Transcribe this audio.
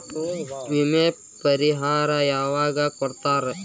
ವಿಮೆ ಪರಿಹಾರ ಯಾವಾಗ್ ಕೊಡ್ತಾರ?